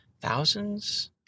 thousands